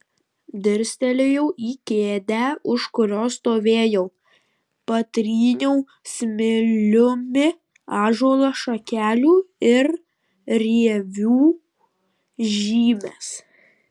dirstelėjau į kėdę už kurios stovėjau patryniau smiliumi ąžuolo šakelių ir rievių žymes